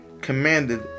commanded